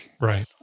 Right